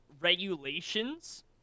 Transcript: regulations